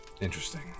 Interesting